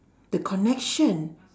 the connection